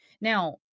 Now